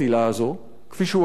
כפי שהוא עשה גם בעבר.